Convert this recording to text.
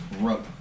rope